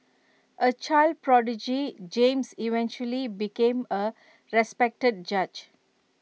A child prodigy James eventually became A respected judge